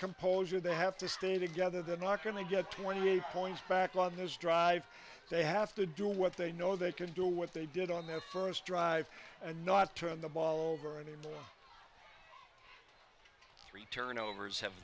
composure they have to stay together they're not going to get twenty points back on his drive they have to do what they know they can do what they did on the first drive and not turn the ball over any more three turnovers have